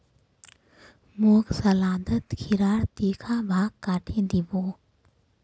मोक सलादत खीरार तीखा भाग काटे दी बो